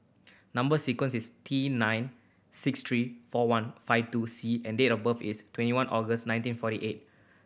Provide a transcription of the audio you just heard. number sequence is T nine six three four one five two C and date of birth is twenty one August nineteen forty eight